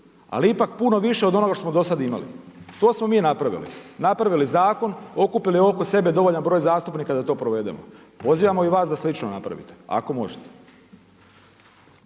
ali ipak puno više od onoga što smo dosad imali. To smo mi napravili. Napravili smo zakon, okupili oko sebe dovoljan broj zastupnika da to provedemo. Pozivamo i vas da slično napravite, ako možete.